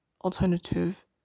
alternative